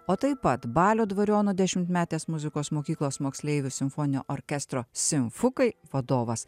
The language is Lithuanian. o taip pat balio dvariono dešimtmetės muzikos mokyklos moksleivių simfoninio orkestro simfukai vadovas